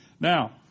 Now